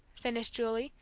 finished julie,